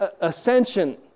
ascension